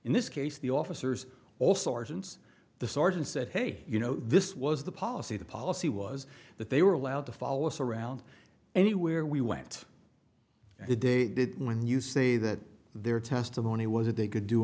in this case the officers also sergeants the sergeant said hey you know this was the policy the policy was that they were allowed to follow us around anywhere we went and they did when you say that their testimony was that they could do